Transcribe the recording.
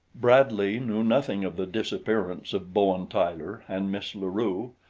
bradley knew nothing of the disappearance of bowen tyler and miss la rue,